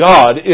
God